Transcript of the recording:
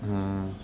mm